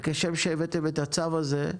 וכשם שהבאתם את הצו הזה,